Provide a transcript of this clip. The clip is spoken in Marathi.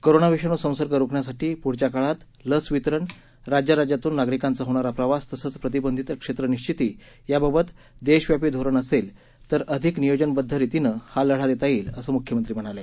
कोरोना विषाणू संसर्ग रोखण्यासाठी पुढील काळात लस वितरण राज्याराज्यांतून नागरिकांचा होणारा प्रवास तसंच प्रतिबंधित क्षेत्र निश्विती याबाबत देशव्यापी धोरण असेल तर अधिक नियोजनबद्ध रीतीने हा लढा देता येईल असं मुख्यमंत्री म्हणाले